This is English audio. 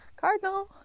Cardinal